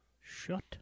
Shut